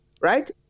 right